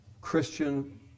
Christian